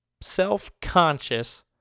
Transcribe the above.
Self-conscious